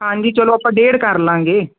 ਹਾਂਜੀ ਚਲੋ ਆਪਾਂ ਡੇਢ ਕਰ ਲਾਂਗੇ